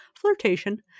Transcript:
flirtation